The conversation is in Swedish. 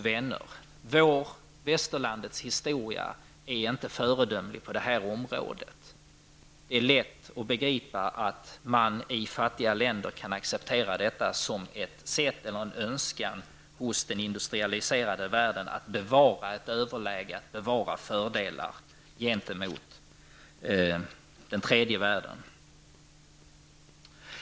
Vår västerländska historia är inte föredömlig på det området. Det är lätt att begripa att man i fattiga länder ser det som en önskan hos den industrialiserade världen att bevara ett överläge, bevara fördelarna gentemot tredje världen.